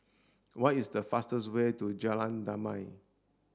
what is the fastest way to Jalan Damai